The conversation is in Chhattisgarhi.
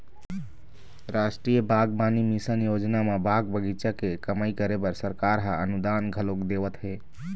रास्टीय बागबानी मिसन योजना म बाग बगीचा के कमई करे बर सरकार ह अनुदान घलोक देवत हे